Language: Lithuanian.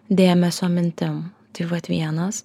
dėmesio mintim tai vat vienas